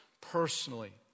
personally